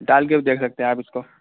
ڈال کے بھی دیکھ سکتے ہیں آپ اس کو